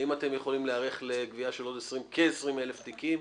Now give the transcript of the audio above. האם אתם יכולים להיערך לגבייה של עוד כ-20,000 תיקים?